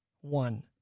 one